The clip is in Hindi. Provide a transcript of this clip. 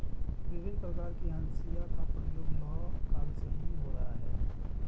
भिन्न प्रकार के हंसिया का प्रयोग लौह काल से ही हो रहा है